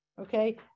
okay